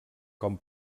com